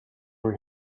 were